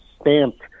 stamped